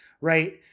right